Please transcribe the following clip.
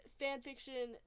fanfiction